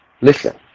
Listen